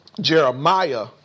Jeremiah